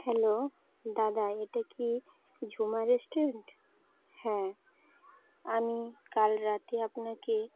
hello দাদা এটা কি ঝুমা রেস্টুরেন্ট হ্যাঁ আমি কাল রাতে আপনাকে